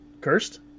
Cursed